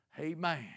Amen